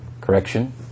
Correction